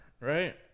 right